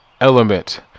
Element